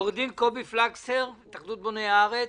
עו"ד קובי פלקסר, התאחדות בוני הארץ.